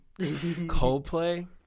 Coldplay